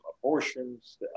abortions